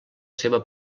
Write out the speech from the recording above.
seva